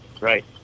Right